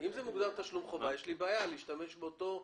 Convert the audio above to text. אם זה מוגדר "תשלום חובה" אז יש לי בעיה להשתמש באותו מונח.